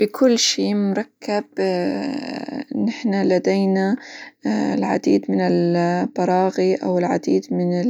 بكل شي مركب نحن لدينا العديد من البراغي، أو العديد من